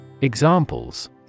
Examples